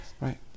right